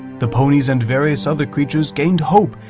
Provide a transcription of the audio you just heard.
the ponies and various other creatures gained hope,